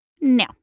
No